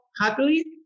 happily